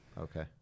okay